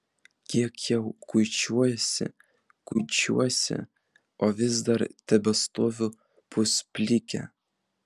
kiek jau kuičiuosi kuičiuosi o vis dar tebestoviu pusplikė